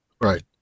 Right